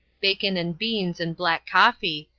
bacon and beans and black coffee,